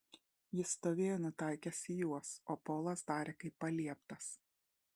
jis stovėjo nutaikęs į juos o polas darė kaip palieptas